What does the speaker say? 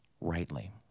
rightly